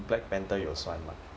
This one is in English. black panther 有算 mah